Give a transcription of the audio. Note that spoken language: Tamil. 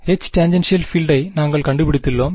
எச் டேன்ஜென்ஷியல் பீல்டை நாங்கள் கண்டுபிடித்துள்ளோம்